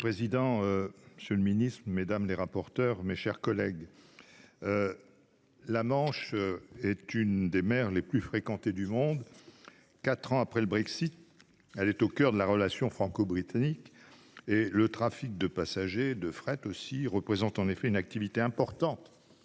Monsieur le président, monsieur le ministre, mes chers collègues, la Manche est l'une des mers les plus fréquentées au monde. Quatre ans après le Brexit, elle est au coeur de la relation franco-britannique. Le trafic de passagers et de fret représente en effet une activité importante